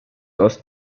dos